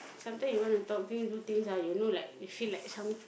sometime he want to talk things do things ah you know like feel like some